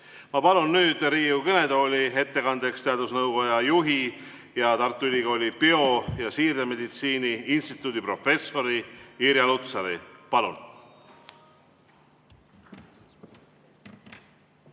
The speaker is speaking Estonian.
Ma palun nüüd Riigikogu kõnetooli ettekandeks teadusnõukoja juhi, Tartu Ülikooli bio- ja siirdemeditsiini instituudi professori Irja Lutsari.